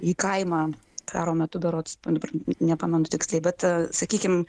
į kaimą karo metu berods dabar nepamenu tiksliai bet sakykim